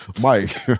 Mike